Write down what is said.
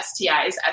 STIs